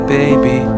baby